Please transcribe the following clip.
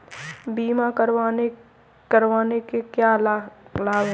बीमा करवाने के क्या क्या लाभ हैं?